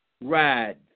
ride